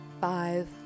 five